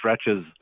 stretches